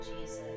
Jesus